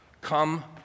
come